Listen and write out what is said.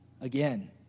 again